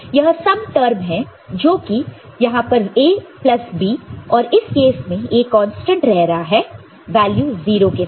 तो यह some term है जो कि यहां पर A प्लस B और इस केस में A कांस्टेंट रह रहा है वैल्यू 0 के साथ